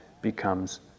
becomes